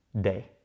day